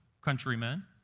countrymen